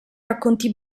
racconti